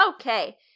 Okay